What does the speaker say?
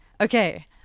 Okay